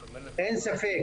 אין ספק